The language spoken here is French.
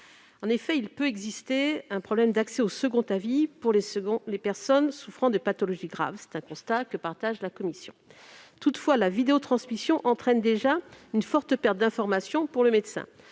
effectivement exister un problème d'accès au second avis pour les personnes souffrant d'une pathologie grave. La commission partage ce constat. Toutefois, la vidéotransmission entraîne déjà une forte perte d'informations pour le médecin.